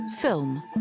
film